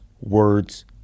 words